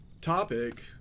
topic